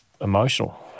emotional